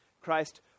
Christ